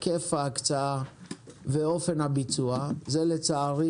היקף ההקצאה ואופן הביצוע זאת לצערי